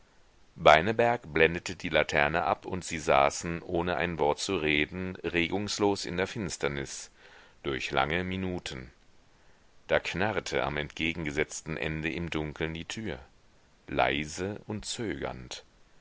beineberg blendete die laterne ab und sie saßen ohne ein wort zu reden regungslos in der finsternis durch lange minuten da knarrte am entgegengesetzten ende im dunkeln die tür leise und zögernd